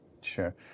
Sure